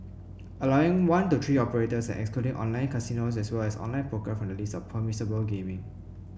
allowing one to three operators and excluding online casinos as well as online poker from the list of permissible gaming